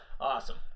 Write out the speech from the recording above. Awesome